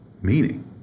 meaning